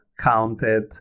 counted